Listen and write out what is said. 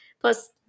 Plus